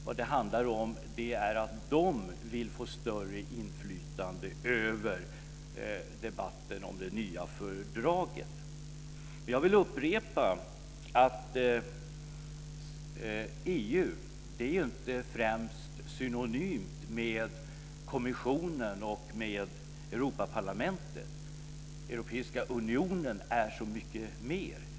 Vad det handlar om är att de vill få större inflytande över debatten om det nya fördraget. Jag vill upprepa att EU inte främst är synonymt med kommissionen och Europaparlamentet. Europeiska unionen är så mycket mer.